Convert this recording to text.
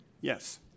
Yes